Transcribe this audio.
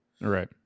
Right